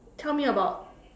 tell me about